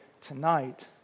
tonight